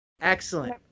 Excellent